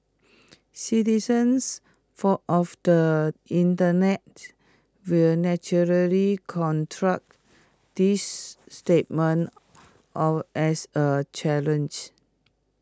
citizens for of the Internet will naturally this statement as A challenge